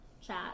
chat